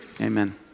Amen